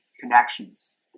connections